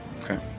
Okay